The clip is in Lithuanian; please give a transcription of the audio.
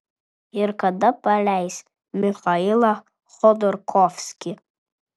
ir kada paleis michailą chodorkovskį